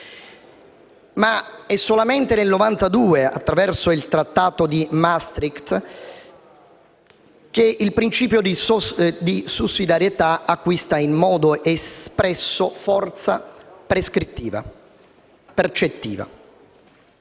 È solamente nel 1992, attraverso il Trattato di Maastricht, che il principio di sussidiarietà acquista in modo espresso forza percettiva, comportando